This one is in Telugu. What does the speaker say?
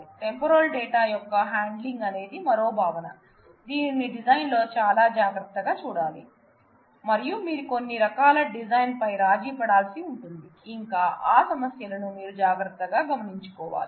టెంపోరల్ డేటా యొక్క హ్యాండ్లింగ్ అనేది మరో భావన దీనిని డిజైన్ లో చాలా జాగ్రత్తగా చూడాలి మరియు మీరు కొన్ని రకాల డిజైన్ పైన రాజీ పడాల్సి ఉంటుంది ఇంకా ఆ సమస్యలను మీరు జాగ్రత్తగా గమనించాలి